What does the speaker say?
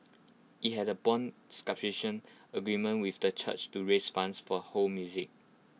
IT had A Bond subscription agreement with the church to raise funds for ho music